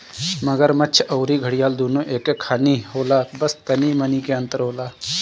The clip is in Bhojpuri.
मगरमच्छ अउरी घड़ियाल दूनो एके खानी होला बस तनी मनी के अंतर होला